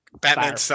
Batman